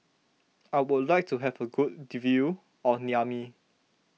I would like to have a good view of Niamey